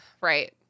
Right